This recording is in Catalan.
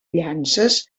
llances